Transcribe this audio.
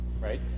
right